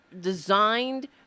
designed